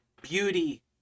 beauty